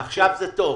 גפני, עכשיו זה טוב,